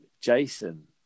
Jason